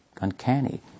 uncanny